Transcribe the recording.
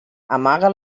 amaga